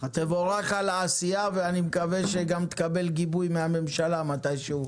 תבורך על העשייה ואני מקווה שגם תקבל גיבוי מהממשלה מתישהו,